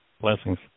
Blessings